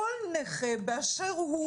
כל נכה באשר הוא,